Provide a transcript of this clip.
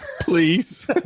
please